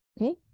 okay